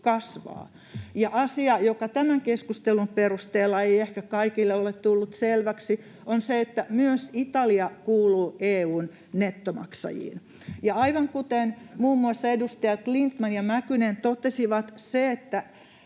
asia, joka tämän keskustelun perusteella ei ehkä kaikille ole tullut selväksi — myös Italia kuuluu EU:n nettomaksajiin. Ja aivan kuten muun muassa edustajat Lindtman ja Mäkynen totesivat, se, että